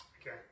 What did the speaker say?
Okay